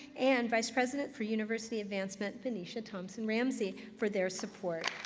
and vice president for university advancement venesia thompson-ramsay for their support.